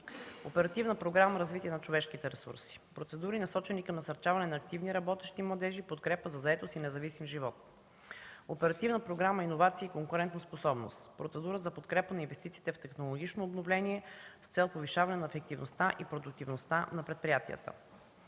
Оперативна програма „Развитие на човешките ресурси” – процедури, насочени към насърчаване на активни, работещи младежи, подкрепа за заетост и независим живот; - Оперативна програма „Иновации и конкурентоспособност” – процедура за подкрепа на инвестициите в технологично обновление с цел повишаване на ефективността и продуктивността на предприятията;